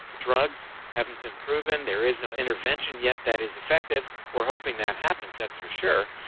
drugs haven't been proven. there is no intervention yet that is effective. we're hoping that happens, that's for sure.